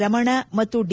ರಮಣ ಮತ್ತು ಡಿ